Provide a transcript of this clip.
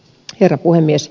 herra puhemies